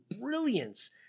brilliance